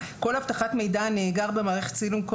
כל אבטחת מידע הנאגר במערכת צילום,